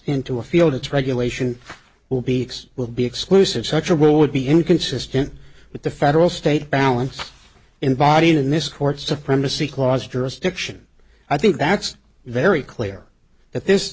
into a field it's regulation will be x will be exclusive such a will would be inconsistent with the federal state balance in body and in this court's supremacy clause jurisdiction i think that's very clear that this